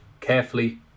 carefully